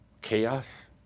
chaos